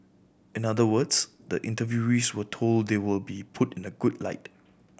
in other words the interviewees were told they will be put in a good light